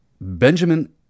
Benjamin